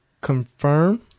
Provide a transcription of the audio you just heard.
confirm